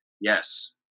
Yes